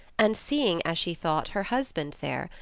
and seeing, as she thought, her husband there,